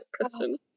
Kristen